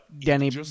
Denny